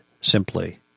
simply